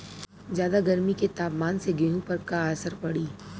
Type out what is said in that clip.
ज्यादा गर्मी के तापमान से गेहूँ पर का असर पड़ी?